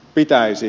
pitäisi